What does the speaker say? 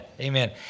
Amen